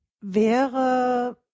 Wäre